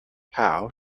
how